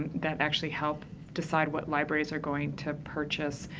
that actually help decide what libraries are going to purchase.